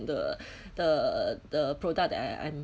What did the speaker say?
the the the product that I I'm